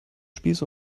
spieß